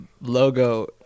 logo